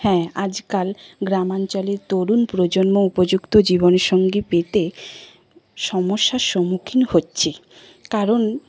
হ্যাঁ আজকাল গ্রামাঞ্চলে তরুণ প্রজন্ম উপযুক্ত জীবন সঙ্গী পেতে সমস্যার সম্মুখীন হচ্ছে কারণ